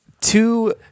Two